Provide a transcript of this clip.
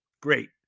Great